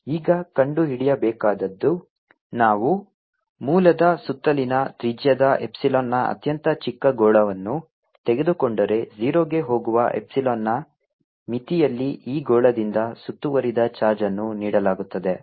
ನಾವು ಈಗ ಕಂಡುಹಿಡಿಯಬೇಕಾದದ್ದು ನಾವು ಮೂಲದ ಸುತ್ತಲಿನ ತ್ರಿಜ್ಯದ ಎಪ್ಸಿಲಾನ್ನ ಅತ್ಯಂತ ಚಿಕ್ಕ ಗೋಳವನ್ನು ತೆಗೆದುಕೊಂಡರೆ 0 ಗೆ ಹೋಗುವ ಎಪ್ಸಿಲಾನ್ನ ಮಿತಿಯಲ್ಲಿ ಈ ಗೋಳದಿಂದ ಸುತ್ತುವರಿದ ಚಾರ್ಜ್ ಅನ್ನು ನೀಡಲಾಗುತ್ತದೆ